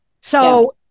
So-